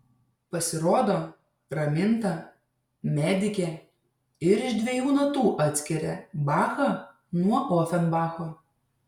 pasirodo raminta medikė ir iš dviejų natų atskiria bachą nuo ofenbacho